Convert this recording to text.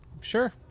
sure